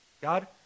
God